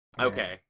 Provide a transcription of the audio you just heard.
Okay